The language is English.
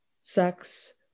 sex